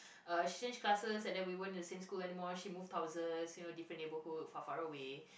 uh she change classes and then we weren't in the same school anymore she move houses you know different neighborhood far far away